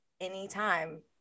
anytime